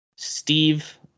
Steve